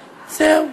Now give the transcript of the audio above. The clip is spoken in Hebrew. זהו.